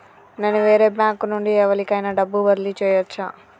నేను వేరే బ్యాంకు నుండి ఎవలికైనా డబ్బు బదిలీ చేయచ్చా?